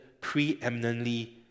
preeminently